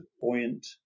buoyant